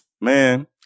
Man